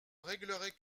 réglerait